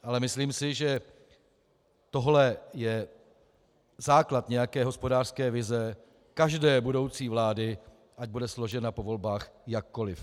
Ale myslím si, že tohle je základ nějaké hospodářské vize každé budoucí vlády, ať bude složena po volbách jakkoliv.